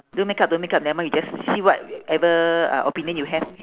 do makeup do makeup nevermind we just see whatever uh opinion you have